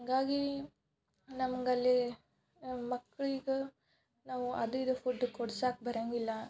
ಹಾಗಾಗಿ ನಮಗಲ್ಲಿ ಮಕ್ಳಿಗೆ ನಾವು ಅದು ಇದು ಫುಡ್ ಕೊಡ್ಸಕ್ಕೆ ಬರೊಂಗಿಲ್ಲ